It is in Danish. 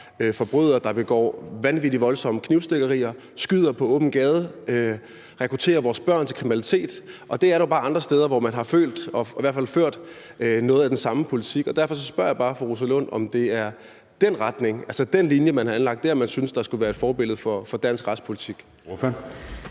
forbrydere, der begår vanvittig voldsomme knivstikkerier, skyder på åben gade og rekrutterer vores børn til kriminalitet. Der er jo bare andre steder, hvor man har ført noget af den samme politik, og derfor spørger jeg bare fru Rosa Lund, om det er den retning, altså den linje, man har anlagt dér, man synes skulle være et forbillede for dansk retspolitik.